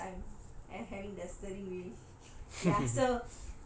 they will just stare at me because I'm like having the steering wheel